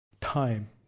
time